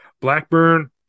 Blackburn